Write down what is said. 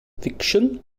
fiction